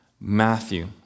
Matthew